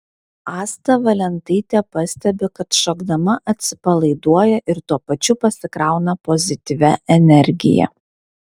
asta valentaitė pastebi kad šokdama atsipalaiduoja ir tuo pačiu pasikrauna pozityvia energija